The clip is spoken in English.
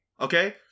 Okay